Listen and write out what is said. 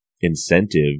incentive